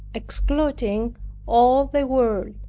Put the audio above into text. excluding all the world,